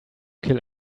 kill